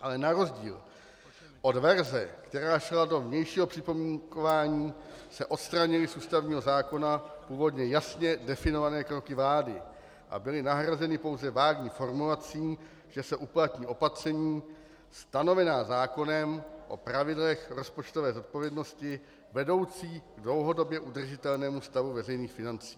Ale na rozdíl od verze, která šla do vnějšího připomínkování, se odstranily z ústavního zákona původně jasně definované kroky vlády a byly nahrazeny pouze vágní formulací, že se uplatní opatření stanovená zákonem o pravidlech rozpočtové zodpovědnosti, vedoucí k dlouhodobě udržitelnému stavu veřejných financí.